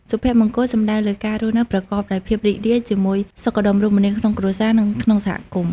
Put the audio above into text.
សុភមង្គលសំដៅលើ ការរស់នៅប្រកបដោយភាពរីករាយ ជាមួយសុខដុមរមនាក្នុងគ្រួសារ និងក្នុងសហគមន៍។